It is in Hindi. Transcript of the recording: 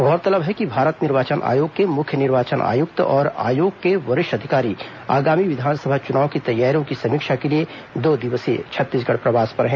गौरतलब है कि भारत निर्वाचन आयोग के मुख्य निर्वाचन आयुक्त और आयोग के वरिष्ठ अधिकारी आगामी विधानसभा चुनाव की तैयारियों की समीक्षा के लिए दो दिवसीय छत्तीसगढ़ प्रवास पर हैं